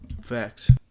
Facts